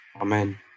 Amen